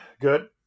good